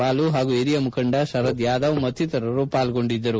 ಬಾಲು ಹಾಗೂ ಹಿರಿಯ ಮುಖಂಡ ಶರದ್ ಯಾದವ್ ಮತ್ತಿತರರು ಪಾಲ್ಗೊಂಡಿದ್ದರು